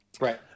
Right